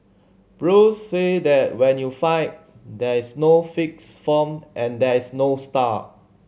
Bruce said that when you fight there is no fixed form and there is no style